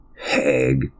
Hag